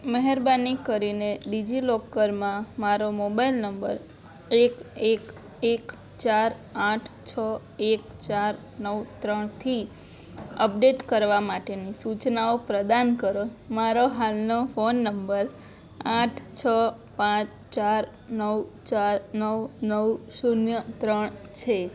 મહેરબાની કરીને ડીજીલોકરમાં મારો મોબાઈલ નંબર એક એક એક ચાર આઠ છ એક ચાર નવ ત્રણથી અપડેટ કરવા માટેની સૂચનાઓ પ્રદાન કરો મારો હાલનો ફોન નંબર આઠ છ પાંચ ચાર નવ ચાર નવ નવ શૂન્ય ત્રણ છે